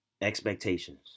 Expectations